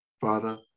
Father